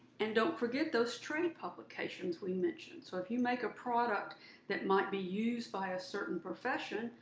and don't forget those trade publications we mentioned. so if you make a product that might be used by a certain profession,